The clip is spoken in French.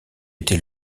était